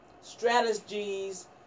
Strategies